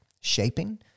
shaping